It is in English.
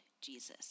Jesus